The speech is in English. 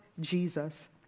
Jesus